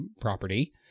property